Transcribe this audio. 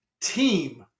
team